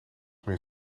meer